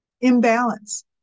imbalance